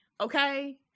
okay